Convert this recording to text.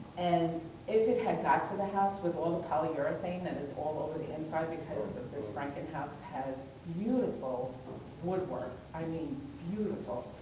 and if it had got to the house, with all the polyurethane that is all over the inside because this franken house has beautiful woodwork, i mean beautiful,